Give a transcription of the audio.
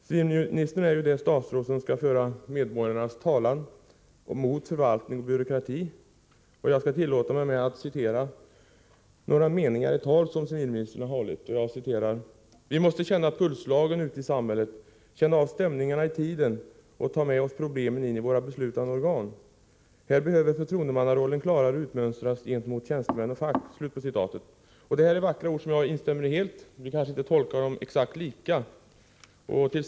Civilministern är ju det statsråd som skall föra medborgarnas talan mot förvaltning och byråkrati. Jag skall tillåta mig att citera några meningar i ett tal som civilministern har hållit: ”Vi måste känna pulsslagen ute i samhället, känna av stämningarna i tiden och ta med oss problemen in i våra beslutande organ. Här behöver förtroendemannarollen klarare utmönstras gentemot tjänstemän och fack.” Detta är vackra ord som jag helt instämmer i, men civilministern och jag kanske inte tolkar dem på exakt samma sätt. Herr talman!